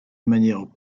manière